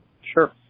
Sure